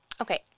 Okay